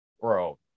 Bro